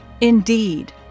indeed